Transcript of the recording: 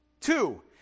Two